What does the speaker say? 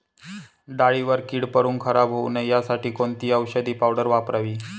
डाळीवर कीड पडून खराब होऊ नये यासाठी कोणती औषधी पावडर वापरावी?